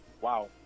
wow